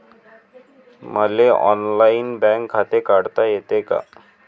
मले online bank खाते काढता येते का?